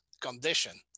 condition